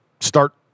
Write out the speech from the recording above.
start